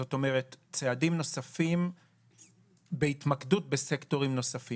זאת אומרת, צעדים נוספים בהתמקדות בסקטורים אחרים.